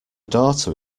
daughter